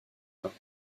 bains